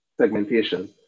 segmentation